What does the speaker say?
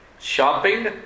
shopping